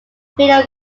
video